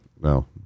No